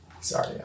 Sorry